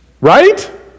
right